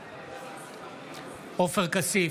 בעד עופר כסיף,